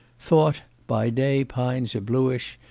thought by day pines are bluish,